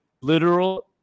literal